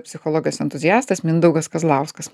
psichologas entuziastas mindaugas kazlauskas